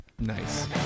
Nice